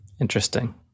Interesting